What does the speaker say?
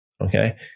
Okay